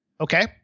Okay